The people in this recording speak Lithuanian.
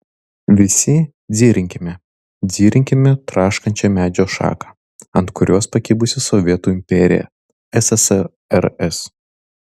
visi dzirinkime dzirinkime traškančią medžio šaką ant kurios pakibusi sovietų imperija ssrs